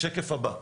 שקף הבא.